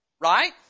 Right